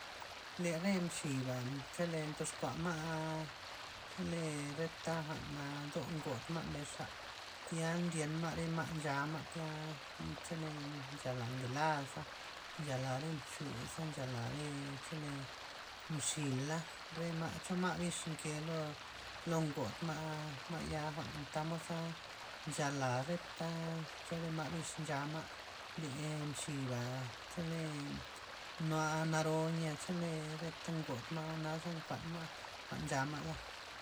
Le re mxiba' chele ndox ku'a ma', chele reta jwa'n do godma' jwa'n mbez xa, tya ndyen ma' nchama' tya chele nchala ngelas, nchala mxuza' nchala chele mxila', re ma' cho ma' bix nke lo lo do ngodma', ma'ya jwa'n tamod za chala reta chole re ma' bix nchama', le mxiba' chele noa- naro chele re ngod ma'za jwa'nza nkuan ma' jwa'n ncha ma'za.